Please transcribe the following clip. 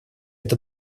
это